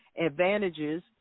advantages